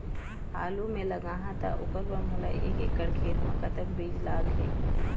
आलू मे लगाहा त ओकर बर मोला एक एकड़ खेत मे कतक बीज लाग ही?